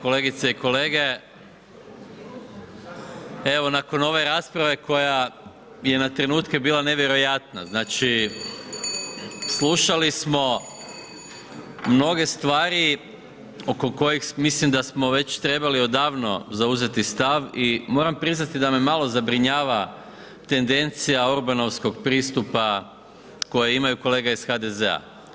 Kolegice i kolege, evo nakon ove rasprave koja je na trenutke bila nevjerojatna, znači slušali smo mnoge stvari oko kojih mislim da smo već trebali odavno zauzeti stav i moram priznati da me malo zabrinjava tendencija orbanovskog pristupa koje imaju kolege iz HDZ-a.